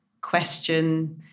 question